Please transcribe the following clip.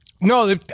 No